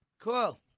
Cool